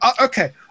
Okay